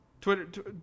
Twitter